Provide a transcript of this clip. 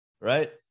Right